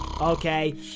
okay